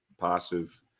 passive